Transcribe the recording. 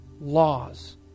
laws